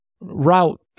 route